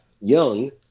Young